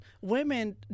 women